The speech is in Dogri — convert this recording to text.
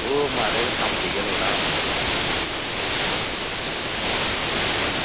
ओह् म्हाराज कम्म पेई गेआ थोह्ड़ा